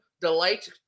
delight